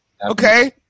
Okay